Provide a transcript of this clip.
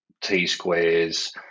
T-squares